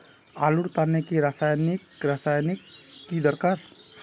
आलूर तने की रासायनिक रासायनिक की दरकार?